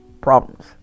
problems